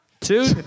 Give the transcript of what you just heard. Two